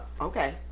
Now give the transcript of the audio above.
okay